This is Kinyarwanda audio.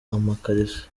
amakariso